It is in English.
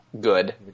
Good